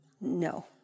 no